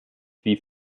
wie